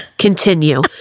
Continue